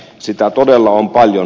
sitä todella on paljon